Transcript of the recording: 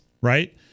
right